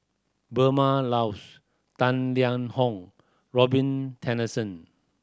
Vilma Laus Tang Liang Hong Robin Tessensohn